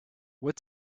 what